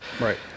Right